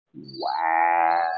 Wow